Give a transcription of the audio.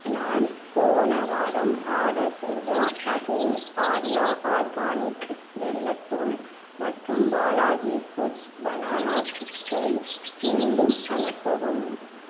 நான் போன வாரம் ஆர்டர் செய்த அதே ஆர்யா ஆர்கானிக் வெல்லத் தூள் மற்றும் பாலாஜி ஃபுட்ஸ் பனானா சிப்ஸை மீண்டும் அனுப்பவும்